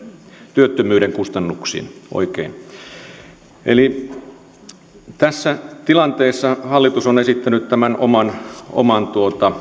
työttömyyden kustannukset oikein tässä tilanteessa hallitus on esittänyt tämän oman oman